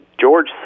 george